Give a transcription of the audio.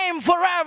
forever